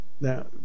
Now